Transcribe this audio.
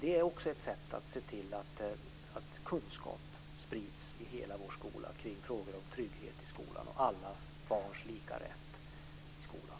Det är också ett sätt att se till att kunskap sprids i alla våra skolor kring frågor om trygghet och alla barns lika rätt i skolan.